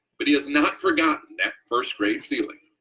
but he has not forgotten that first grade feeling.